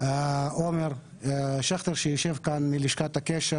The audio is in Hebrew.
עומר שכטר שיושב כאן מלשכת הקשר,